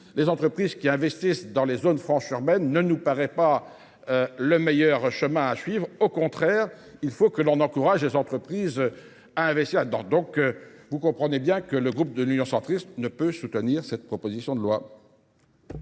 les entreprises qui investissent dans les zones franches urbaines ne nous paraît pas le meilleur chemin à suivre. Au contraire, il faut encourager les entreprises à investir. Pour toutes ces raisons, le groupe Union Centriste ne soutiendra pas cette proposition de loi.